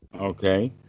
Okay